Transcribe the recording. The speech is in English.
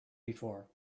before